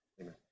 amen